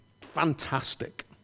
Fantastic